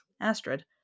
Astrid